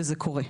וזה קורה.